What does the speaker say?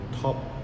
top